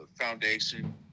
foundation